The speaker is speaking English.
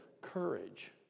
courage